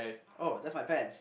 oh that's my pants